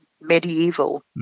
medieval